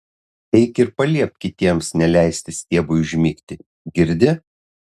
eik ir paliepk kitiems neleisti stiebui užmigti girdi